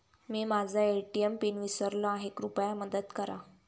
मी माझा ATM PIN विसरलो आहे, कृपया मदत करा